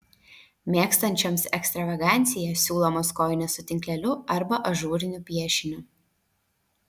mėgstančioms ekstravaganciją siūlomos kojinės su tinkleliu arba ažūriniu piešiniu